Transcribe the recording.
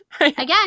Again